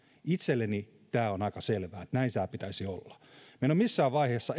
itselleni tämä on aika selvää että näin tämän pitäisi olla en ole missään vaiheessa